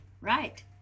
Right